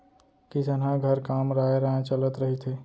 किसनहा घर काम राँय राँय चलत रहिथे